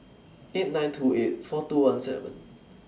eight nine two eight four two one seven